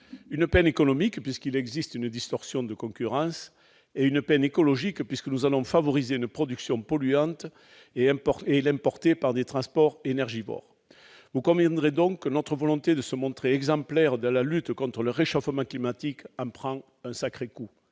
une peine économique, puisqu'il existe une distorsion de concurrence ; une peine écologique, puisque nous allons favoriser une production polluante et l'importer par des transports énergivores. Vous conviendrez donc que notre volonté de nous montrer exemplaires dans la lutte contre le réchauffement climatique en prend un sacré coup